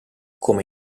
come